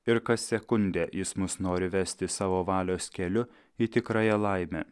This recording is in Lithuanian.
ir kas sekundę jis mus nori vesti savo valios keliu į tikrąją laimę